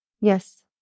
Yes